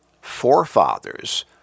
forefathers